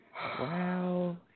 Wow